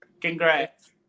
Congrats